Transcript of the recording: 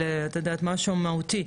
אלא משהו מהותי.